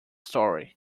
story